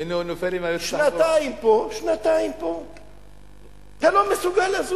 והנה, הוא נופל עם, שנתיים פה, שנתיים פה.